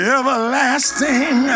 everlasting